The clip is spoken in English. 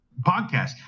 podcast